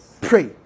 pray